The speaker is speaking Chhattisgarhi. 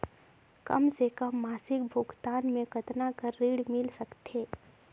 कम से कम मासिक भुगतान मे कतना कर ऋण मिल सकथे?